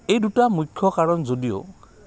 এই দুটা মুখ্য কাৰণ যদিও